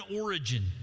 origin